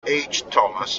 thomas